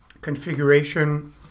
configuration